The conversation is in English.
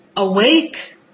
awake